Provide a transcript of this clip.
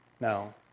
No